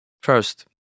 first